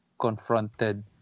confronted